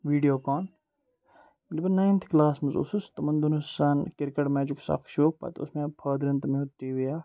video کان ییٚلہِ بہٕ نایِنتھٕ کٕلاس منٛز اوسُس تِمَن دۄہَن اوس آسان کِرکَٹ میچُک سکھ شوق پَتہٕ اوس مےٚ فادرَن تٔمۍ ہیوٚت ٹی وی اَکھ